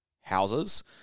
houses